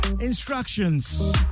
instructions